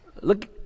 Look